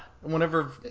whenever